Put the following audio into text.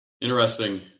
interesting